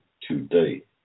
today